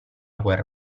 guerra